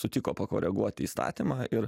sutiko pakoreguoti įstatymą ir